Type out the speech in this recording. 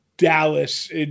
Dallas